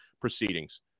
proceedings